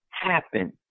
happen